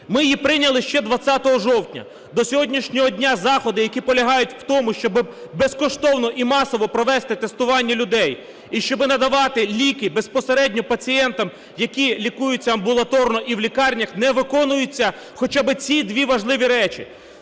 ми її прийняли ще 20 жовтня. До сьогоднішнього дня заходи, які полягають в тому, щоб безкоштовно і масово провести тестування людей і щоб надавати ліки безпосередньо пацієнтам, які лікуються амбулаторно і в лікарнях, не виконуються хоча би ці дві важливі речі.